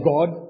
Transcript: God